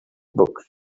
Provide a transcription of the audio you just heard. books